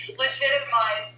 legitimize